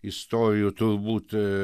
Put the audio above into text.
istorijų turbūt